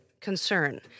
concern